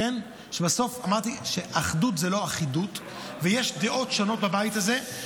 ובסוף אמרתי שאחדות זאת לא אחידות ויש דעות שונות בבית הזה,